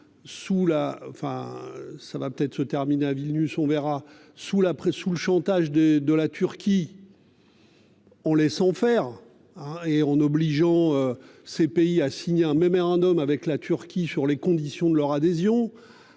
sous la enfin ça va peut-être se terminer à Vilnius. On verra sous la presse sous le chantage des de la Turquie. On laisse en faire hein et en obligeant ces pays a signé un mémorandum avec la Turquie sur les conditions de leur adhésion.